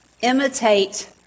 Imitate